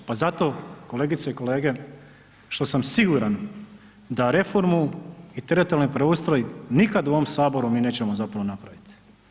Pa zato kolegice i kolege što sam siguran da reformu i teritorijalni preustroj nikad u ovom Saboru mi nećemo zapravo napraviti.